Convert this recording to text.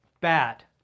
bad